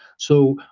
so,